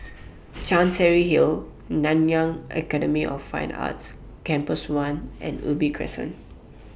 Chancery Hill Road Nanyang Academy of Fine Arts Campus one and Ubi Crescent